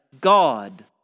God